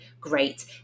great